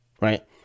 Right